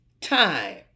time